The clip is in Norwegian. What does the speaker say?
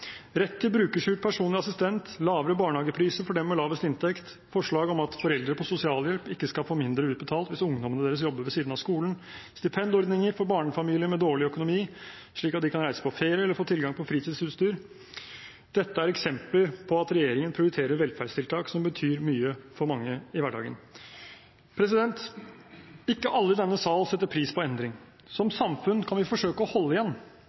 Rett til brukerstyrt personlig assistent, lavere barnehagepriser for dem med lavest inntekt, forslag om at foreldre på sosialhjelp ikke skal få mindre utbetalt hvis ungdommene deres jobber ved siden av skolen, stipendordninger for barnefamilier med dårlig økonomi, slik at de kan reise på ferie eller få tilgang på fritidsutstyr – dette er eksempler på at regjeringen prioriterer velferdstiltak som betyr mye for mange i hverdagen. Ikke alle i denne sal setter pris på endring. Som samfunn kan vi forsøke å holde igjen,